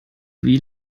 wie